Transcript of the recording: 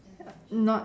uh not